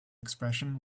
expression